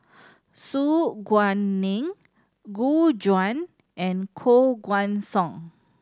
Su Guaning Gu Juan and Koh Guan Song